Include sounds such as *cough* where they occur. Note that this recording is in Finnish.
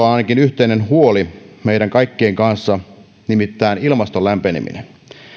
*unintelligible* on ainakin yhteinen huoli meidän kaikkien kanssa nimittäin ilmaston lämpeneminen